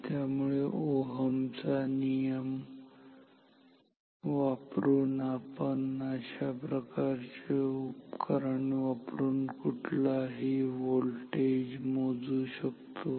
त्यामुळे ओहमचा नियम वापरून आपण या प्रकारचे उपकरण वापरून कुठलाही व्होल्टेज मोजू शकतो